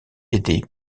aider